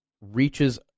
reaches